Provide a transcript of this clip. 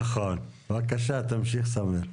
בבקשה, תמשיך סמיח.